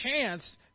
chance